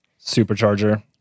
Supercharger